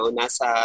nasa